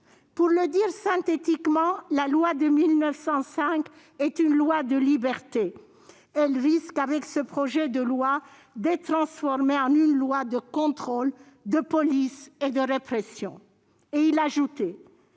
Pour le dire synthétiquement, la loi de 1905 est une loi de liberté. Elle risque, avec ce projet de loi, d'être transformée en une loi de contrôle, de police et de répression. » Il ajoutait